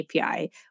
API